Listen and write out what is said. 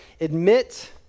admit